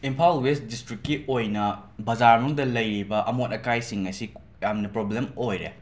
Imphal west ꯗꯤꯁꯇ꯭ꯔꯤꯛꯀꯤ ꯑꯣꯏꯅ ꯕꯖꯥꯔ ꯃꯅꯨꯡꯗ ꯂꯩꯔꯤꯕ ꯑꯃꯣꯠ ꯑꯀꯥꯏꯁꯤꯡ ꯑꯁꯤ ꯌꯥꯝꯅ ꯄ꯭ꯔꯣꯕ꯭ꯂꯦꯝ ꯑꯣꯏꯔꯦ